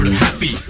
happy